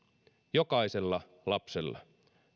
jokaisella lapsella